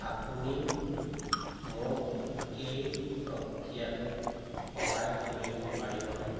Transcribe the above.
আপুনি মোক এই প্ৰক্ৰিয়াটোত সহায় কৰিব পাৰিবনে